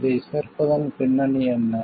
இதைச் சேர்ப்பதன் பின்னணி என்ன